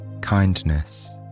kindness